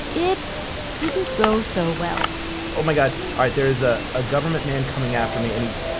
it didn't go so well oh my god. all right. there's a ah government man coming after me. and he's,